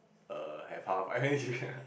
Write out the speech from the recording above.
err have half and then you can